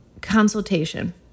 consultation